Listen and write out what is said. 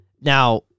now